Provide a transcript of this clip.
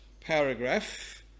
paragraph